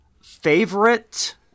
Favorite